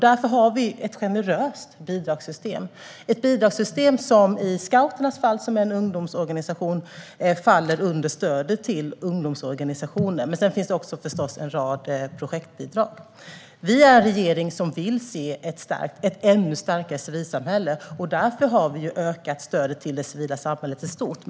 Därför har vi ett generöst bidragssystem - ett bidragssystem där Scouterna, som är en ungdomsorganisation, faller under stöd till ungdomsorganisationer. Men det finns förstås också en rad projektbidrag. Vi är en regering som vill se ett ännu starkare civilsamhälle. Därför har vi ökat stödet till det civila samhället i stort.